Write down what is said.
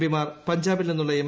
P മാർ പഞ്ചാബിൽ നിന്നുള്ള എം